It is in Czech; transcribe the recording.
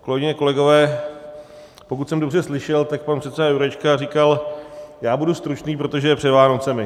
Kolegyně, kolegové, pokud jsem dobře slyšel, tak pan předseda Jurečka říkal, já budu stručný, protože je před Vánocemi.